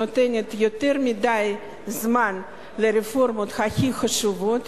נותנת יותר מדי זמן לרפורמות הכי חשובות,